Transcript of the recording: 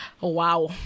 Wow